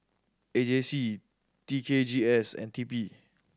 A J C T K G S and T P